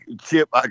Chip